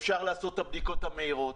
אפשר לעשות בדיקות מהירות,